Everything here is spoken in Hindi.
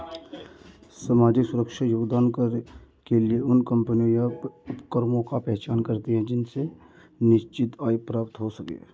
सामाजिक सुरक्षा योगदान कर के लिए उन कम्पनियों या उपक्रमों की पहचान करते हैं जिनसे निश्चित आय प्राप्त हो सके